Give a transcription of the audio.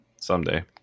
someday